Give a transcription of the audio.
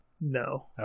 No